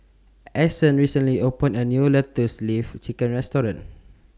Anson recently opened A New Lotus Leaf Chicken Restaurant